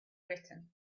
written